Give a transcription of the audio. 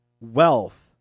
wealth